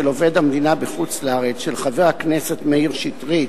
עובד המדינה בחוץ-לארץ) של חבר הכנסת מאיר שטרית,